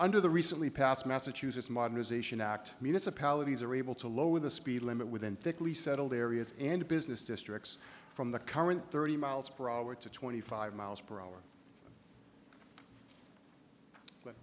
under the recently passed massachusetts modernization act municipalities are able to lower the speed limit within thickly settled areas and business districts from the current thirty miles per hour to twenty five miles per hour